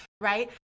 right